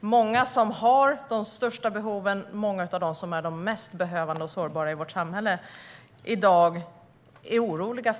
Många av dem som har de största behoven och många av dem som är de mest behövande och sårbara i vårt samhälle är i dag oroliga.